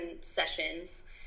sessions